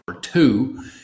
two